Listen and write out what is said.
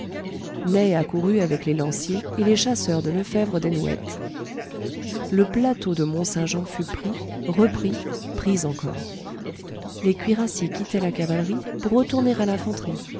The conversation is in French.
ney accourut avec les lanciers et les chasseurs de lefebvre desnouettes le plateau de mont-saint-jean fut pris repris pris encore les cuirassiers quittaient la cavalerie pour retourner à l'infanterie